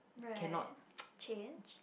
right change